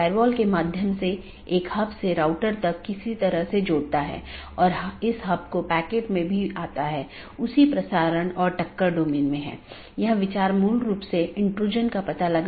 इसलिए हमारा मूल उद्देश्य यह है कि अगर किसी ऑटॉनमस सिस्टम का एक पैकेट किसी अन्य स्थान पर एक ऑटॉनमस सिस्टम से संवाद करना चाहता है तो यह कैसे रूट किया जाएगा